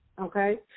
okay